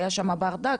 היה שם ברדק,